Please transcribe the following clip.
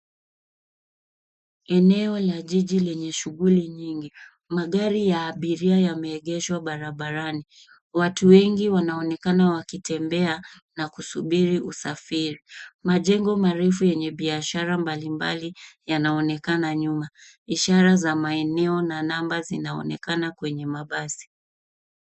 Eneo la jiji lenye shughuli nyingi. Magari ya abiria yameegeshwa barabarani. Watu wengi wanaonekana wakitembea na kusubiri usafiri. Majengo marefu yenye biashara mbalimbali yanaonekana nyuma. Ishara za maeneo na namba zinaonekana kwenye mabasi.